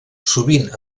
sovint